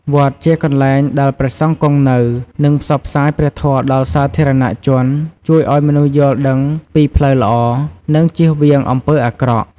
វត្តជាកន្លែងដែលព្រះសង្ឃគង់នៅ និងផ្សព្វផ្សាយព្រះធម៌ដល់សាធារណជន ជួយឱ្យមនុស្សយល់ដឹងពីផ្លូវល្អ និងចៀសវាងអំពើអាក្រក់។